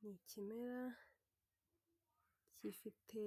Ni ikimera gifite